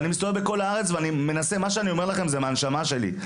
מה שאני אומר לכם זה מהנשמה שלי,